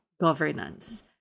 governance